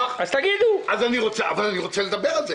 החוק קובע קריטריונים, יש לו צורת יישום,